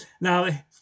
now